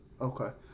Okay